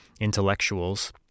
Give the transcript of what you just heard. intellectuals